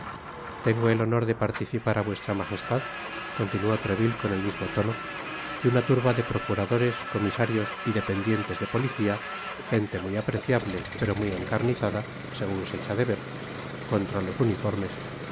tengo el honor de participar á vuestra magestad continuó treville con el mismo tono que una turba de procuradores comisarios y dependientes de policia gente muy apreciable pero muy encarnizada segun se echa de ver contra los uniformes